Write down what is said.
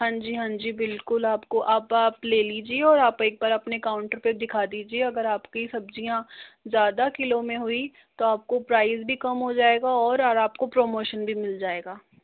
हाँ जी हाँ जी बिल्कुल आपको अब आप ले लीजिए और आप एक बार अपने काउंटर पे दिखा दीजिए अगर आपकी सब्जियां ज़्यादा किलो में हुई तो आपको प्राइस भी कम हो जाएगा और और आपके प्रमोशन भी मिल जाएगा